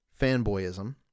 fanboyism